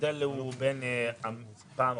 פעם הקודמת,